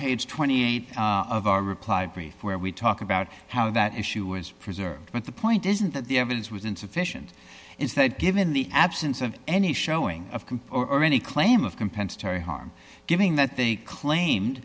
page twenty eight of our reply brief where we talk about how that issue is preserved but the point isn't that the evidence was insufficient is that given the absence of any showing of composer or any claim of compensatory harm giving that they claimed